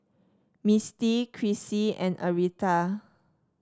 Misty Krissy and Aretha